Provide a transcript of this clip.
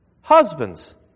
Husbands